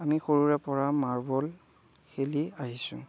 আমি সৰুৰে পৰা মাৰ্বল খেলি আহিছোঁ